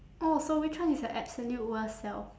oh so which one is your absolute worst self